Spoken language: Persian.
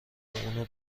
اونو